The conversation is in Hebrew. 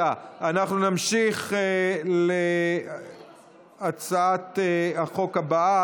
אנחנו נמשיך להצעת החוק הבאה,